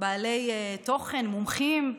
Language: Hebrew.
בעלי תוכן, מומחים,